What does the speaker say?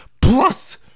Plus